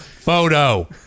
photo